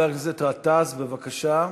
חבר הכנסת גטאס, בבקשה.